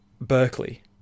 berkeley